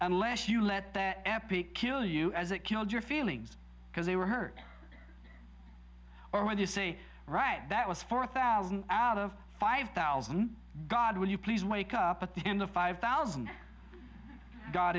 unless you let that epic kill you as it killed your feelings because they were hurt or when you say right that was four thousand out of five thousand god will you please wake up at the end of five thousand